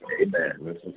Amen